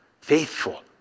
faithful